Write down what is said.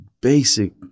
basic